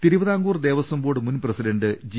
Thiruvithamkoor Devaswom board മുൻപ്രസിഡന്റ് G